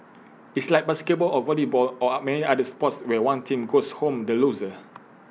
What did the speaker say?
it's like basketball or volleyball or many other sports where one team goes home the loser